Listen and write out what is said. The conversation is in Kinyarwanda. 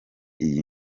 iyi